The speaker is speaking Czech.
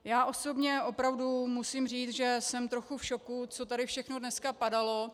Já osobně opravdu musím říct, že jsem trochu v šoku, co tady všechno dneska padalo.